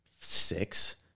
six